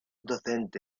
docente